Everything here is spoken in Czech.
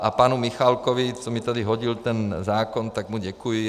A panu Michálkovi, co mi tady hodil ten zákon, děkuji.